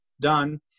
done